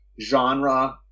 genre